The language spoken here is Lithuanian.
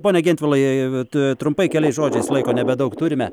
pone gentvilai vat trumpai keliais žodžiais laiko nebedaug turime